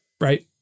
right